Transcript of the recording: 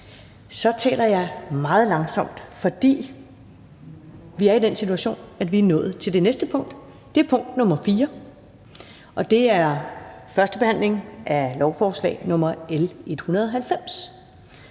Jeg taler meget langsomt, fordi vi er i den situation, at vi er nået til det næste punkt. Det er punkt nr. 4, og det er første behandling af lovforslag nr. L 190.